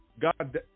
God